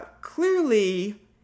Clearly